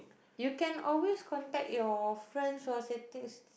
you can always contact your friends who are setting